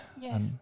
Yes